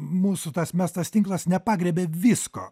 mūsų tas mestas tinklas nepagriebia visko